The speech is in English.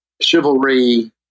chivalry